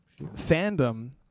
fandom